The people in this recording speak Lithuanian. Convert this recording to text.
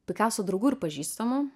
pikaso draugų ir pažįstamų